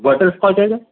butterscotch आहे का